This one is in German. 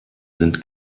sind